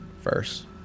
first